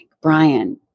Brian